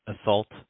Assault